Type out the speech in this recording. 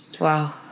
Wow